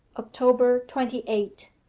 october twenty eight.